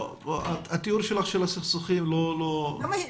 התיאור שלך של הסכסוכים לא נכון.